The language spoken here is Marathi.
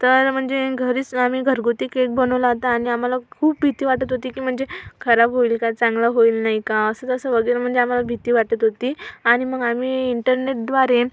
तर म्हणजे घरीच आम्ही घरगुती केक बनवला होता आणि आम्हाला खूप भीती वाटत होती की म्हणजे खराब होईल का चांगला होईल नाही का असं तसं वगैरे म्हणजे आम्हाला भीती वाटत होती आणि मग आम्ही इंटरनेटद्वारे